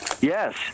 Yes